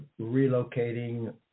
relocating